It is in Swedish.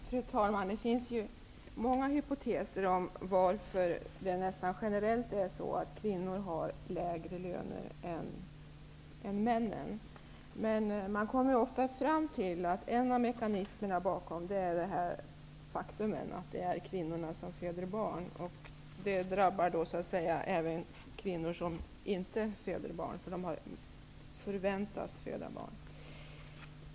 Fru talman! Det finns många hypoteser om varför kvinnorna nästan generellt har lägre löner än männen. Man kommer ofta fram till att en av mekanismerna bakom är det faktum att det är kvinnorna som föder barn. Det drabbar så att säga även de kvinnor som inte föder barn, för de förväntas att föda barn.